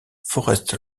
forest